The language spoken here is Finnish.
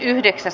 asia